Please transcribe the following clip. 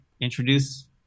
introduce